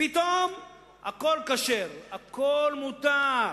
פתאום הכול כשר, הכול מותר,